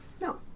No